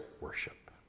worship